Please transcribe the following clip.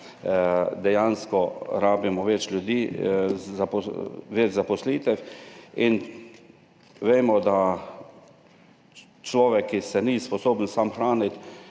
dejansko rabimo več ljudi, več zaposlitev. Vemo, da človek, ki se ni sposoben sam hraniti,